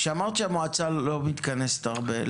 אמרת שהמועצה לא מתכנסת הרבה.